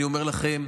אני אומר לכם,